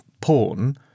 porn